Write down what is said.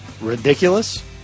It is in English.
Ridiculous